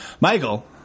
Michael